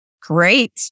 great